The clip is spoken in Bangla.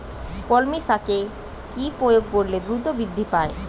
কলমি শাকে কি প্রয়োগ করলে দ্রুত বৃদ্ধি পায়?